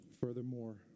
Furthermore